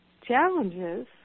challenges